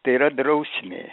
tai yra drausmė